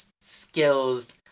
skills